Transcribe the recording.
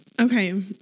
okay